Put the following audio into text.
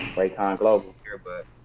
raycon global here, but.